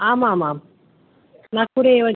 आमामां नाग्पुरे एव